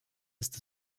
ist